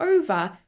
over